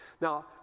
Now